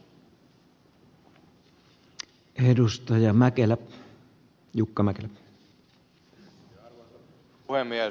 arvoisa puhemies